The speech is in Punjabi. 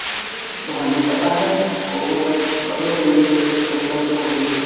ਤੁਹਾਨੂੰ ਪਤਾ ਹੈ ਕੋਵੋਵੈਕਸ ਕਦੋਂ ਚੰਡੀਗੜ੍ਹ ਵਿਚ ਉਪਲੱਬਧ ਹੋਵੇਗੀ